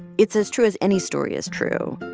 it's as true as any story is true.